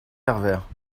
pervers